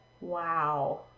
Wow